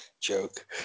Joke